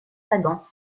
sagan